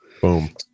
boom